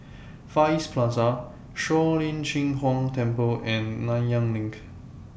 Far East Plaza Shuang Lin Cheng Huang Temple and Nanyang LINK